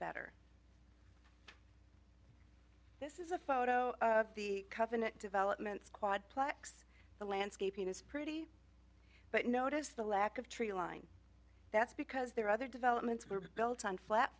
better this is a photo of the covenant developments quad plex the landscaping is pretty but notice the lack of tree line that's because their other developments were built on flat